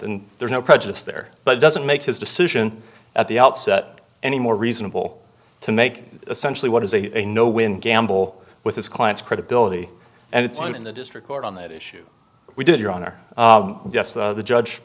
and there's no prejudice there but doesn't make his decision at the outset any more reasonable to make essentially what is a a no win gamble with his client's credibility and it's all in the district court on that issue we did your honor yes the judge